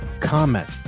comment